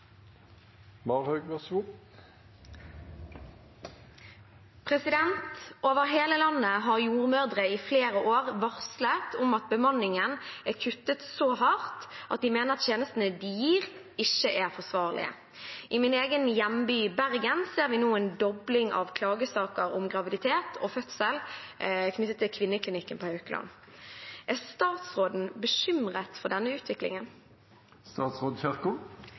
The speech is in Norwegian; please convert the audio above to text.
kuttet så hardt at de mener tjenestene de gir, ikke er forsvarlige. I min hjemby Bergen ser vi nå en dobling av klagesaker om graviditet og fødsel. Er statsråden bekymret for denne utviklingen?» Vi skal ha en trygg fødsels- og barselomsorg, både i sykehusene og i kommunene, over hele landet. Det er